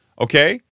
okay